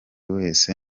wese